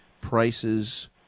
prices